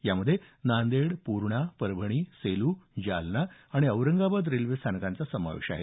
यात नांदेड पूर्णा परभणी सेलू जालना आणि औरंगाबाद रेल्वे स्थानकांचा समावेश आहे